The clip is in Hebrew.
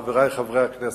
חברי חברי הכנסת,